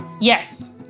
Yes